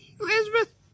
Elizabeth